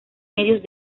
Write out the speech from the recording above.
medios